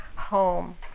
home